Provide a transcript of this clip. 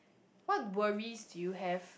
what worries do you have